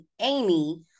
Amy